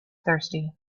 thirsty